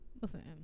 listen